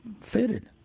fitted